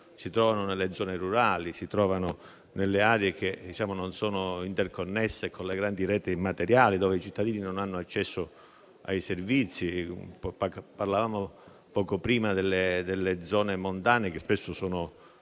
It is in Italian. si trovano nelle zone rurali, si trovano nelle aree che non sono interconnesse con le grandi reti immateriali, dove i cittadini non hanno accesso ai servizi. Parlavamo poco fa delle zone montane, che spesso sono,